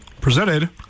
presented